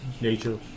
nature